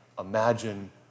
imagine